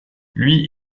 lui